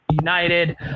United